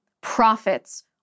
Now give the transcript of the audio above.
profits